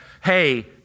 hey